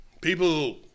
People